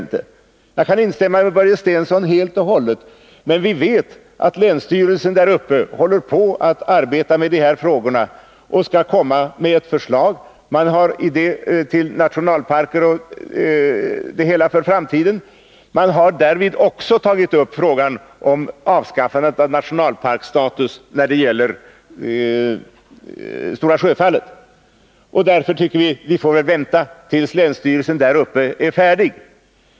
Jag kan alltså instämma med Börje Stensson helt och hållet, men vi vet att länsstyrelsen där uppe håller på att arbeta med de här frågorna och skall komma med ett förslag som rör nationalparker i framtiden. Man har därvid också tagit upp frågan om avskaffandet av nationalparksstatus för Stora Sjöfalllet. Därför tycker jag att vi får vänta tills länsstyrelsen är färdig.